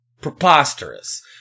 preposterous